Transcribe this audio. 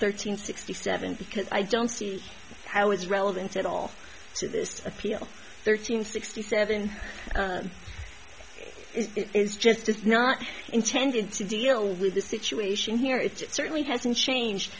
thirteen sixty seven because i don't see how it's relevant at all to this appeal thirteen sixty seven is just is not intended to deal with the situation here it's certainly hasn't changed